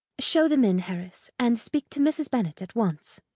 show them in, harris, and speak to mrs. bennet at once.